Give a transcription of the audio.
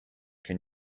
can